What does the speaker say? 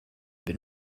been